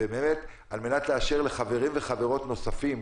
ובאמת על מנת לאפשר לחברים ולחברות נוספים,